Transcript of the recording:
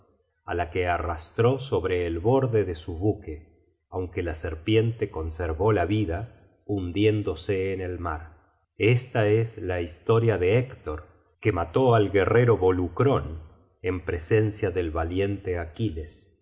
á la que arrastró sobre el borde de su buque aunque la serpiente conservó la vida hundiéndose en el mar esta es la historia de héctor que mató al guerrero volukron en presencia del valiente aquiles